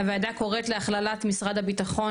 הוועדה קוראת להכללת משרד הביטחון,